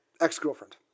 Ex-Girlfriend